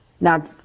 Now